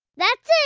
that's it.